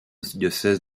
diocèse